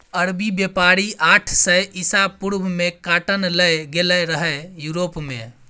अरबी बेपारी आठ सय इसा पूर्व मे काँटन लए गेलै रहय युरोप मे